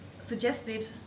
suggested